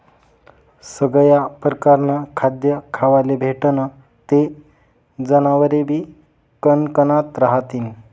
सगया परकारनं खाद्य खावाले भेटनं ते जनावरेबी कनकनात रहातीन